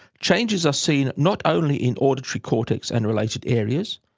changes are seen not only in auditory cortex and related areas,